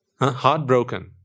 heartbroken